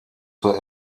zur